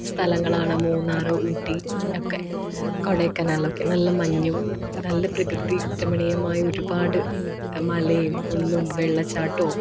സ്ഥലങ്ങളാണ് മൂന്നാറ് ഊട്ടിയൊക്കെ കൊടൈക്കനാലൊക്കെ നല്ല മഞ്ഞും നല്ല പ്രകൃതി രമണീയമായ ഒരുപാട് മലയും കുന്നും വെള്ളച്ചാട്ടവും